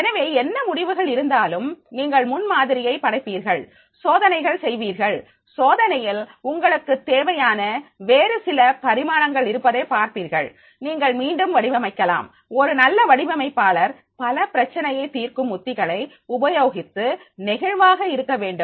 எனவே என்ன முடிவுகள் இருந்தாலும் நீங்கள் முன்மாதிரியை படைப்பீர்கள் சோதனைகளை செய்வீர்கள் சோதனையில் உங்களுக்கு தேவையான வேறுசில பரிமாணங்கள் இருப்பதைப் பார்ப்பீர்கள் நீங்கள் மீண்டும் வடிவமைக்கலாம் ஒரு நல்ல வடிவமைப்பாளர் பல பிரச்சனையை தீர்க்கும் உத்திகளை உபயோகித்து நெகிழ்வாக இருக்க வேண்டும்